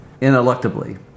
ineluctably